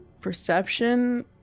perception